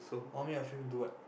normally your friend do what